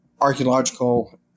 archaeological